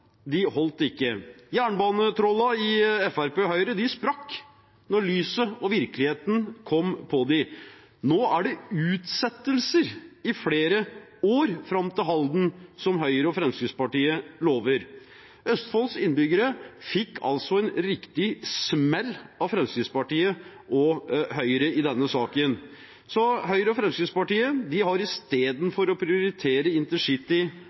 de ikke. Jernbanetrollene i Fremskrittspartiet og Høyre sprakk da lyset kom på dem – og virkeligheten. Nå er det utsettelser i flere år fram til Halden, som Høyre og Fremskrittspartiet lover. Østfolds innbyggere fikk altså en riktig smell av Fremskrittspartiet og Høyre i denne saken. Høyre og Fremskrittspartiet har